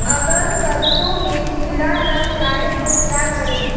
अगर सरसों में कीड़ा लग जाए तो क्या करें?